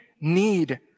need